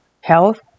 health